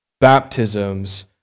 baptisms